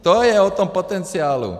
To je o tom potenciálu.